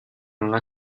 una